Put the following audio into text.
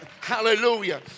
hallelujah